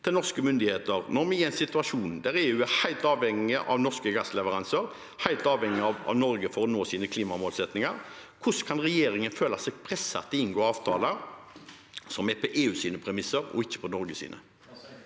til norske myndigheter, når vi er i en situasjon der EU er helt avhengig av norske gassleveranser, helt avhengig av Norge, for å nå sine klimamålsettinger. Hvordan kan regjeringen føle seg presset til å inngå avtaler som er på EUs premisser, ikke på Norges?